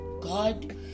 God